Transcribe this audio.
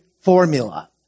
formula